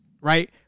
right